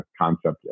concept